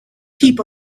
heap